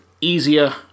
easier